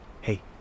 Hey